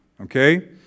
okay